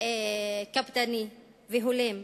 קפדני והולם,